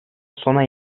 sona